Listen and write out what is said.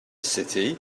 city